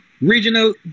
regional